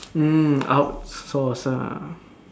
mm out source ah